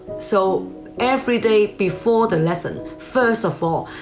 so every day, before the lesson, first of all,